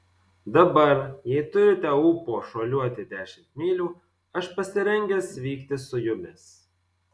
dabar jei turite ūpo šuoliuoti dešimt mylių aš pasirengęs vykti su jumis